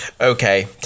Okay